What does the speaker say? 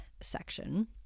section